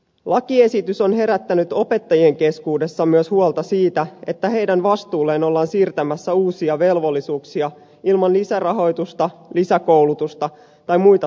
lakiesitys on herättänyt opettajien keskuudessa myös huolta siitä että heidän vastuulleen ollaan siirtämässä uusia velvollisuuksia ilman lisärahoitusta lisäkoulutusta tai muita tarvittavia resursseja